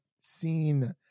seen